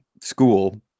school